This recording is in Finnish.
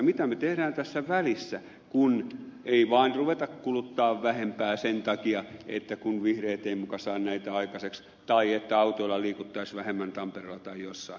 mitä me teemme tässä välissä kun ei vain ruveta kuluttamaan vähempää sen takia että muka vihreät eivät saa näitä aikaiseksi tai että autoilla liikuttaisiin vähemmän tampereella tai jossain